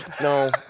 no